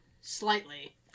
slightly